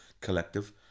collective